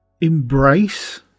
embrace